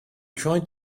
tried